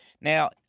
Now